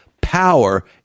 power